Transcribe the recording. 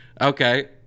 Okay